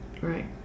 Right